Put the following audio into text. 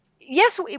yes